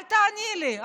אל תעני לי.